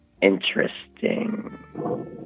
interesting